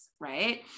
right